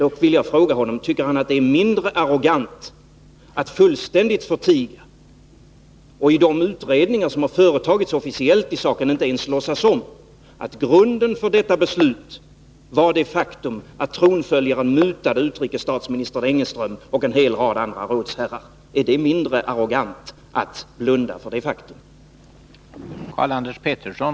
Då vill jag fråga om han tycker att det är mindre arrogant att fullständigt förtiga — och i de utredningar som företagits officiellt i saken inte ens låtsas om — att grunden för det beslutet var det faktum att tronföljaren mutade utrikesstatsministern Engeström och en hel rad andra rådsherrar. Är det alltså mindre arrogant att blunda för detta faktum?